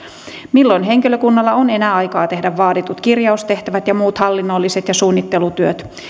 milloin henkilökunnalla on enää aikaa tehdä vaaditut kirjaustehtävät ja muut hallinnolliset työt ja suunnittelutyöt